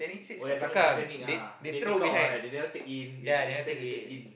oh ya cannot satanic ah they take out what they never take in if satanic they take in